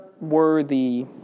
worthy